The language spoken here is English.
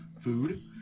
food